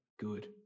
good